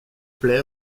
play